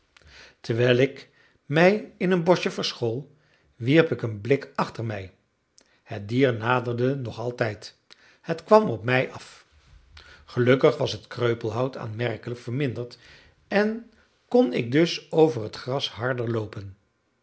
terwijl ik mij in een boschje verschool wierp ik een blik achter mij het dier naderde nog altijd het kwam op mij af gelukkig was het kreupelhout aanmerkelijk verminderd en kon ik dus over het gras harder loopen